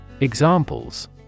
Examples